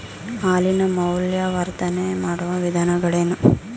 ಹಾಲಿನ ಮೌಲ್ಯವರ್ಧನೆ ಮಾಡುವ ವಿಧಾನಗಳೇನು?